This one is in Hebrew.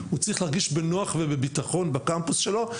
הוא צריך להרגיש בנוח ובביטחון בקמפוס שלו.